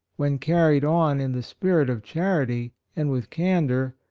when carried on in the spirit of charity, and with candor,